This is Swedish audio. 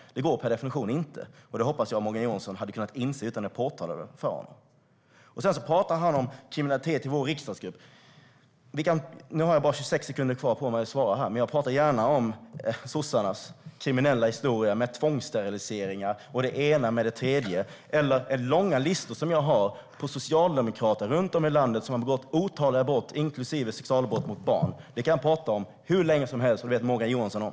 Det går per definition inte, och det hade jag hoppats att Morgan Johansson hade kunnat inse utan att jag behövt påpeka det för honom. Sedan talar han om kriminalitet i vår riksdagsgrupp. Nu har jag bara 26 sekunder på mig att svara, men jag talar gärna om sossarnas kriminella historia med tvångssteriliseringar och det ena med det tredje. Jag har långa listor på socialdemokrater runt om i landet som har begått otaliga brott, inklusive sexualbrott mot barn. Det kan jag prata om hur länge som helst, och det vet Morgan Johansson om.